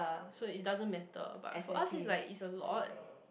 so it doesn't matter but for us it's like it's a lot